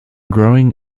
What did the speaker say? growing